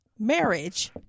Marriage